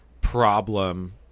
problem